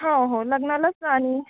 हो हो लग्नालाच आणि